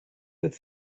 that